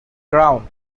ground